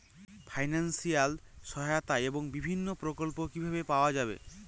Financial সহায়তা এবং বিভিন্ন প্রকল্প কিভাবে পাওয়া যাবে?